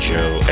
Joe